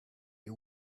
you